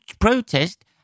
protest